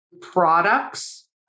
products